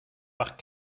par